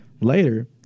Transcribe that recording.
Later